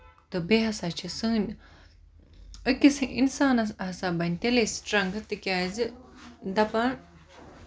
تہٕ بیٚیہِ ہسا چھِ سٲنۍ أکِس اِنسانَس ہسا بَنہِ تیلے سٔٹرنگٔتھ تِکیازِ دَپان